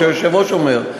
כמו שהיושב-ראש אומר.